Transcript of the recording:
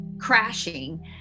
crashing